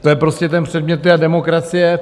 To je prostě předmětem demokracie.